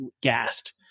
gassed